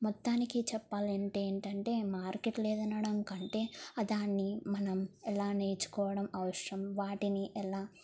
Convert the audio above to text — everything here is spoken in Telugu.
మొత్తానికి చెప్పాలంటే ఏంటంటే మార్కెట్ లేదినడం కంటే దాన్ని మనం ఎలా నేర్చుకోవడం అవసరం వాటిని ఎలా